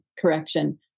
correction